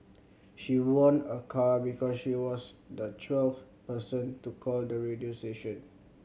she won a car because she was the twelfth person to call the radio station